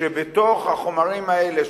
שבתוך החומרים האלה,